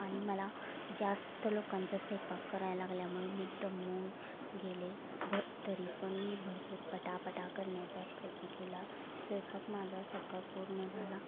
आणि मला जास्त लोकांचा स्वैपाक कराया लागल्यामुळे मी दमून गेले भ तरी पण मी भरपूर पटापटा करण्याचा प्रयत्न केला स्वैपाक माझा सगळा पूर्ण झाला